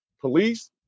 police